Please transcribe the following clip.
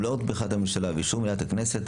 ולאור תמיכת הממשלה ואישור מליאת הכנסת,